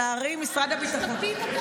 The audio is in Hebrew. עצמאית,